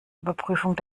überprüfung